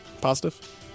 positive